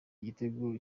igitego